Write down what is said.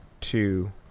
two